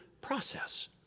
process